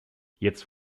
jetzt